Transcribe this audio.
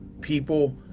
people